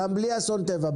גם בלי אסון טבע.